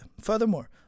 furthermore